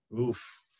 Oof